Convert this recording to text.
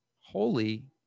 holy